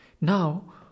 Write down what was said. now